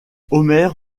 omer